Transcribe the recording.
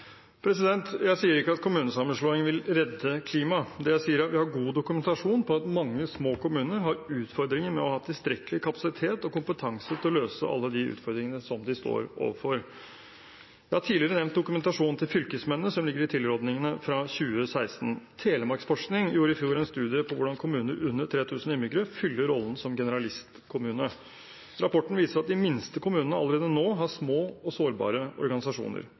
jeg sier, er at vi har god dokumentasjon på at mange små kommuner har utfordringer med å ha tilstrekkelig kapasitet og kompetanse til å løse alle de utfordringene som de står overfor. Jeg har tidligere nevnt dokumentasjonen til fylkesmennene som ligger i tilrådningene fra 2016. Telemarksforskning gjorde i fjor en studie på hvordan kommunene med under 3 000 innbyggere fyller rollen som generalistkommune. Rapporten viser at de minste kommunene allerede nå har små og sårbare organisasjoner.